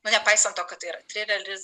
nu nepaisant to kad ir trileris